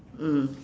mm